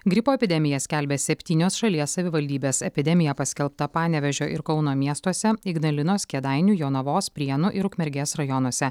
gripo epidemiją skelbia septynios šalies savivaldybės epidemija paskelbta panevėžio ir kauno miestuose ignalinos kėdainių jonavos prienų ir ukmergės rajonuose